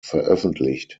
veröffentlicht